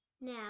Now